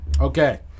Okay